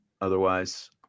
Otherwise